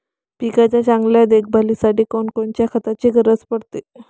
पिकाच्या चांगल्या देखभालीसाठी कोनकोनच्या खताची गरज पडते?